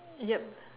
yup